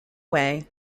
way